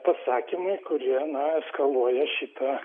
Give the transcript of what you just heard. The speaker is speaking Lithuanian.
pasakymai kurie na eskaluoja šitą